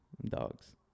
Dogs